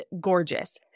gorgeous